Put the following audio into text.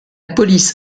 police